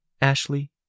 Ashley